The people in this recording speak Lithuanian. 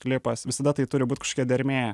klipas visada tai turi būt kažkokia dermė